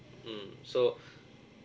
mm so